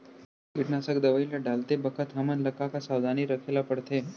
कीटनाशक दवई ल डालते बखत हमन ल का का सावधानी रखें ल पड़थे?